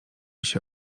się